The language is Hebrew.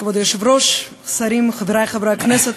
כבוד היושב-ראש, שרים, חברי חברי הכנסת,